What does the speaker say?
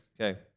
Okay